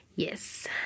Yes